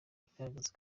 igaragaza